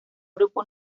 grupo